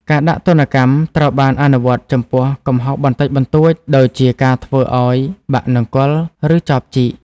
ការដាក់ទណ្ឌកម្មត្រូវបានអនុវត្តចំពោះកំហុសបន្តិចបន្តួច ដូចជាការធ្វើឱ្យបាក់នង្គ័ល ឬចបជីក។